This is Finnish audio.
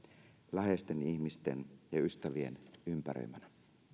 läheisten ihmisten ja ystävien ympäröimänä